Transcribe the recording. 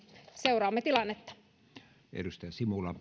seuraamme tilannetta